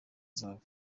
zabo